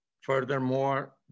Furthermore